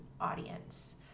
audience